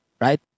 right